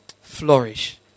flourish